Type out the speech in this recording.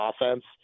offense –